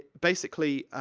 basically,